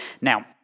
Now